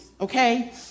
Okay